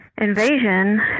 invasion